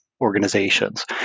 organizations